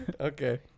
Okay